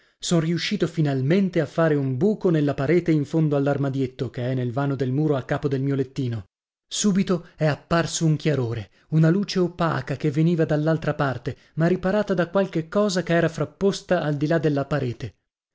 son riuscito finalmente a fare un buco nella parete in fondo all'armadietto che è nel vano del muro a capo del mio lettino subito è apparso un chiarore una luce opaca che veniva dall'altra parte ma riparata da qualche cosa che era frapposta al di là della parete